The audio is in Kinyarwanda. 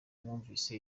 mwumvise